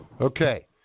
Okay